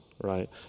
right